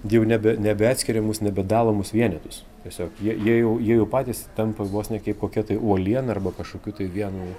jau nebe nebeatskiriamus nebedalomus vienetus tiesiog jie jie jau jie jau patys tampa vos ne kaip kokia tai uoliena arba kažkokiu tai vienu